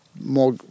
more